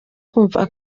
kumva